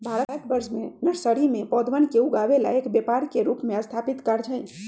भारतवर्ष में नर्सरी में पौधवन के उगावे ला एक व्यापार के रूप में स्थापित कार्य हई